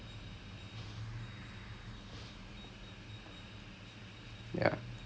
experienced ஆளுங்கே:aalungae or the பெரியவங்கே:periyavangae say right which is um